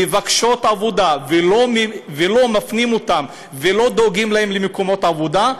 מבקשות עבודה ולא מפנים אותן ולא דואגים להן למקומות עבודה,